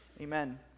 Amen